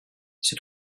c’est